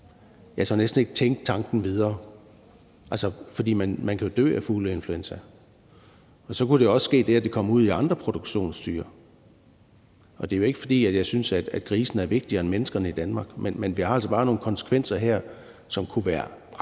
jeg næsten ikke tænke tanken videre. For man kan jo dø af fugleinfluenza. Så kunne der jo også ske det, at det kom ud i andre produktionsdyr, og det er jo ikke, fordi jeg synes, at grisene er vigtigere end menneskene i Danmark, men her har vi altså bare nogle konsekvenser, som kunne være ret